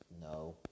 no